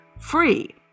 Free